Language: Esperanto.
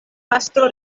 pastro